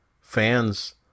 fans